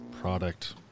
product